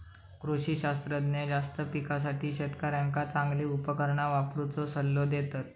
कृषी शास्त्रज्ञ जास्त पिकासाठी शेतकऱ्यांका चांगली उपकरणा वापरुचो सल्लो देतत